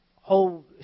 whole